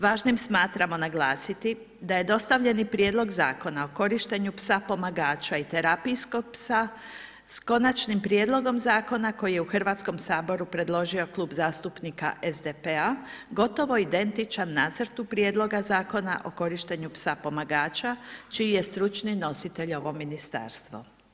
Važnim smatramo naglasiti da je dostavljeni prijedlog Zakona o korištenju psa pomagača i terapijskog psa s konačnim prijedlogom zakona koji je u Hrvatskom saboru predložio Klub zastupnika SDP-a, gotovo identičan nacrtu prijedloga Zakona o korištenju psa pomagača čiji je stručni nositelj ovo ministarstvo.